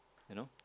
you know